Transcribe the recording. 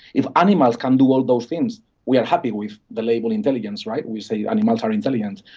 if animals can do all those things we're happy with the label intelligence, right, we say animals are intelligent.